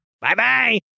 Bye-bye